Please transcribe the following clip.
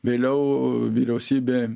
vėliau vyriausybė